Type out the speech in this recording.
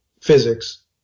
physics